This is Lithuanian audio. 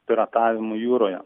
piratavimu jūroje